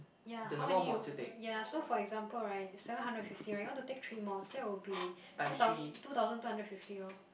ya how many you want ya so for example right seven hundred and fifty right you want to take three mods that will be two thousand two thousand two hundred and fifty orh